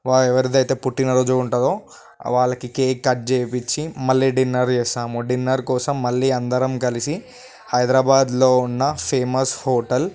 వ ఎవరైతే పుట్టినరోజు ఉంటుందో వాళ్ళకి కేక్ కట్ చేపించి మళ్ళీ డిన్నర్ చేస్తాం డిన్నర్ కోసం మళ్ళీ అందరం కలిసి హైదరాబాదులో ఉన్న ఫేమస్ హోటల్